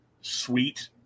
sweet